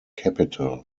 capitol